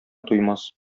туймас